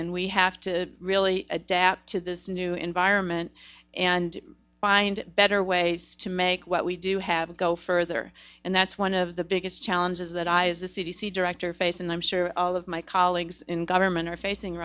and we have to really adapt to this new environment and find better ways to make what we do have go further and that's one of the biggest challenges that i as the c d c director face and i'm sure all of my colleagues in government are facing